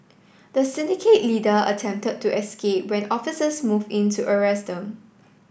the syndicate leader attempted to escape when officers moved in to arrest them